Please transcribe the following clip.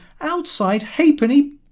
outside-halfpenny